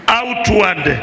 outward